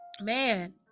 man